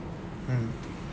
mm